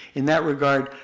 in that regard,